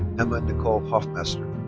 emma nicole hoffmaster.